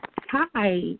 Hi